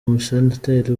umusenateri